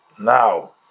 Now